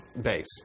base